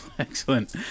Excellent